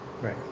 right